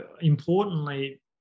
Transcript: importantly